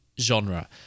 genre